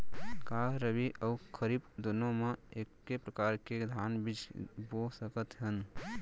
का रबि अऊ खरीफ दूनो मा एक्के प्रकार के धान बीजा बो सकत हन?